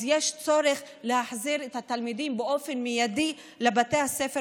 אז יש צורך להחזיר את התלמידים באופן מיידי לבתי הספר,